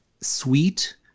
sweet